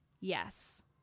Yes